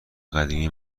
قدیمی